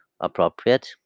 appropriate